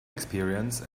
experience